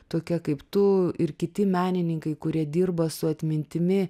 tokie kaip tu ir kiti menininkai kurie dirba su atmintimi